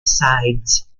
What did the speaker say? sides